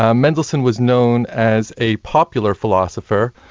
ah mendelssohn was known as a popular philosopher,